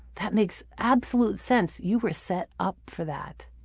that makes absolute sense. you were set up for that.